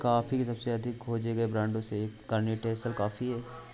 coffee के सबसे अधिक खोजे गए ब्रांडों में से एक कॉन्टिनेंटल कॉफ़ी है